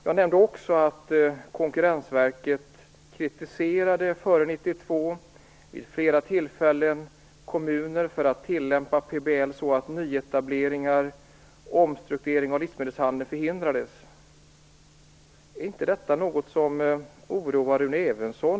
Jag nämnde också att Konkurrensverket före 1992 vid flera tillfällen kritiserade kommuner för att tillämpa PBL så att nyetableringar och omstrukturering av livsmedelshandel förhindrades. Är inte detta något som oroar Rune Evensson?